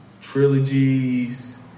trilogies